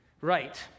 Right